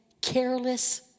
careless